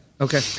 Okay